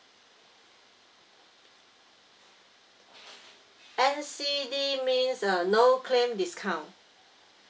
N_C_D means uh no claim discount